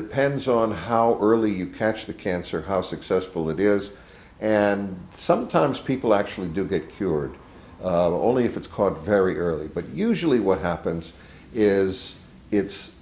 depends on how early you catch the cancer how successful it is and sometimes people actually do get cured only if it's caught very early but usually what happens is it's